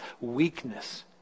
weakness